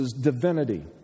divinity